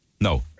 no